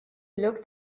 looked